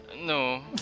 No